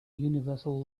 universal